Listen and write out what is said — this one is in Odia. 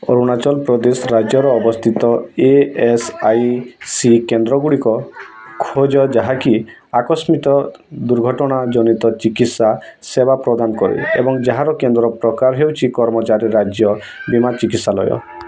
ଅରୁଣାଚଳ ପ୍ରଦେଶ ରାଜ୍ୟରେ ଅବସ୍ଥିତ ଇ ଏସ୍ ଆଇ ସି କେନ୍ଦ୍ରଗୁଡ଼ିକ ଖୋଜ ଯାହାକି ଆକସ୍ମିକ ଦୁର୍ଘଟଣା ଜନିତ ଚିକିତ୍ସା ସେବା ପ୍ରଦାନ କରେ ଏବଂ ଯାହାର କେନ୍ଦ୍ର ପ୍ରକାର ହେଉଛି କର୍ମଚାରୀ ରାଜ୍ୟ ବୀମା ଚିକିତ୍ସାଲୟ